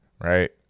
right